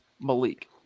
Malik